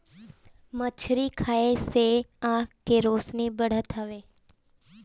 मछरी खाए से आँख के रौशनी बढ़त हवे